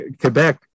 Quebec